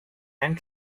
and